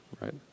right